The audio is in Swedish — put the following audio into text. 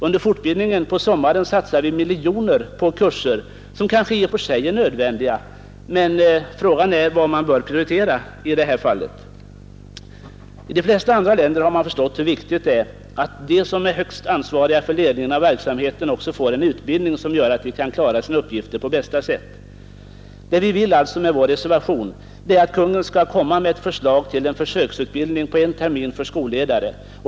Under fortbildningen på sommaren satsar vi miljoner på kurser, som kanske i och för sig är nödvändiga, men frågan är vad vi bör prioritera i det här fallet. I de flesta andra länder har man förstått hur viktigt det är att de högsta ansvariga för ledningen av verksamheten får en sådan utbildning att de kan fullgöra sina uppgifter på bästa sätt. Vi vill alltså med vår reservation att Kungl. Maj:t skall framlägga ett förslag till försöksutbildning på en termin för skolledare.